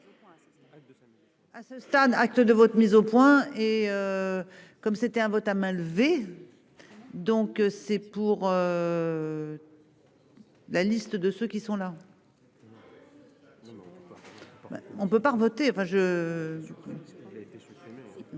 À ce stade, acte de votre mise au point et. Comme c'était un vote à main levée. Donc c'est pour. La liste de ceux qui sont là. Dimanche quoi. On peut pas revoté